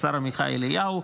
השר עמיחי אליהו.